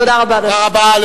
תודה רבה.